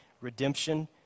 Redemption